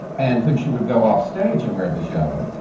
and when she would go off-stage and wear this yellow,